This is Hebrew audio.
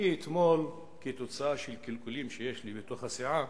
אתמול, כתוצאה מקלקולים שלי, שיש לי בתוך הסיעה,